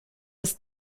des